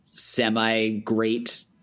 semi-great